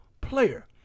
player